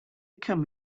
come